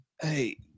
Hey